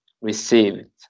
received